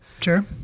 Sure